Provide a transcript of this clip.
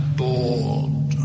bored